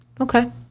Okay